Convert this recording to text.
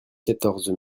quatorze